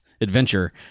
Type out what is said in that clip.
adventure